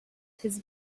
his